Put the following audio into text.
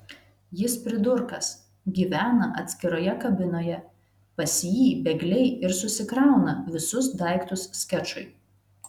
jis pridurkas gyvena atskiroje kabinoje pas jį bėgliai ir susikrauna visus daiktus skečui